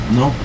no